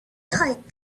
tight